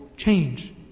change